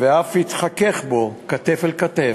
ואף התחכך בו כתף אל כתף,